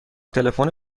تلفن